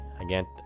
again